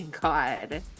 god